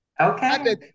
Okay